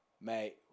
mate